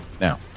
now